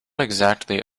exactly